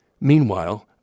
Meanwhile